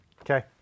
Okay